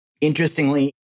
Interestingly